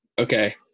Okay